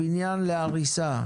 הבניין להריסה,